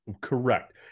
correct